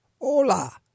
Hola